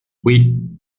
oui